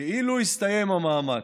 כאילו נסתיים המאמץ,